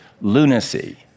lunacy